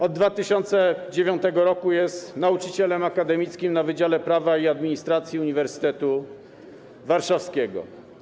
Od 2009 r. jest nauczycielem akademickim na Wydziale Prawa i Administracji Uniwersytetu Warszawskiego.